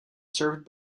served